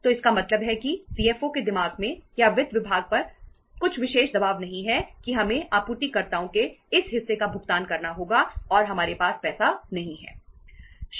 तो इसका मतलब है कि सीएफओ के दिमाग में या वित्त विभाग पर कुछ विशेष दबाव नहीं है कि हमें आपूर्तिकर्ताओं के इस हिस्से का भुगतान करना होगा और हमारे पास पैसा नहीं है